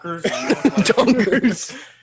Donkers